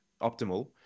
optimal